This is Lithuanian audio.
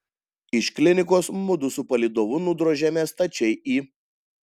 iš klinikos mudu su palydovu nudrožėme stačiai į